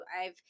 I've-